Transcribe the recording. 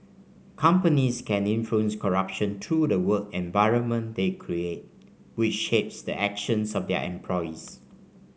companies can influence corruption through the work environment they create which shapes the actions of their employees